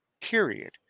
Period